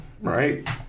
right